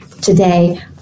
today